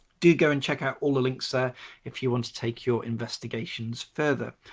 do you go and check out all the links there if you want to take your investigations further.